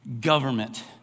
government